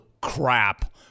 crap